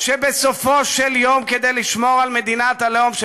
שבסופו של דבר כדי לשמור על מדינת הלאום של